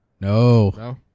No